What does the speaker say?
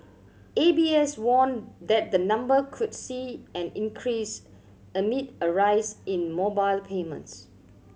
A B S warned that the number could see an increase amid a rise in mobile payments